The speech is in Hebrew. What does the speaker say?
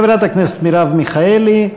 חברת הכנסת מרב מיכאלי,